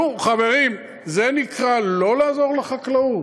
נו, חברים, זה נקרא לא לעזור לחקלאות?